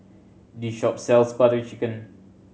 this shop sells Butter Chicken